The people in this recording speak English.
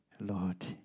Lord